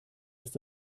ist